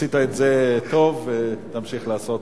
עשית את זה טוב, ותמשיך לעשות